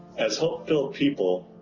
as hope-filled people,